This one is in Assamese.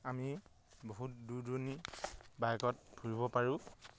আমি বহুত দূৰ দূৰণি বাইকত ফুৰিব পাৰোঁ